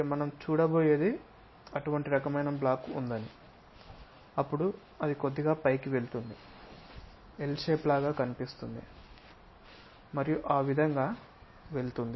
మనం చూడబోయేది ఇక్కడ అటువంటి రకమైన బ్లాక్ ఉంది అప్పుడు అది కొద్దిగా పైకి వెళుతుంది L షేప్ లాగా వస్తుంది మరియు ఆ విధంగా వెళుతుంది